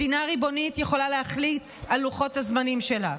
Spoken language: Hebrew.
מדינה ריבונית יכולה להחליט על לוחות הזמנים שלה.